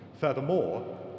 Furthermore